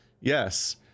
yes